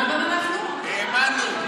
גם אנחנו האמנו.